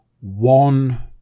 one